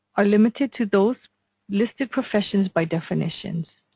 are limited to those listed professions by definitions.